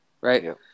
Right